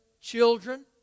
Children